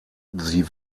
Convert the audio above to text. sie